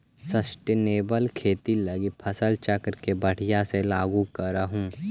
sustainable खेती लागी फसल चक्र के बढ़ियाँ से लागू करहूँ